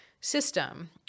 system